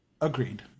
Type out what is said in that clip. Agreed